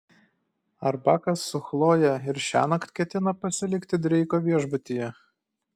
ar bakas su chloje ir šiąnakt ketina pasilikti dreiko viešbutyje